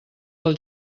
del